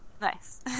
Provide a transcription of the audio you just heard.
Nice